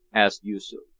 asked yoosoof.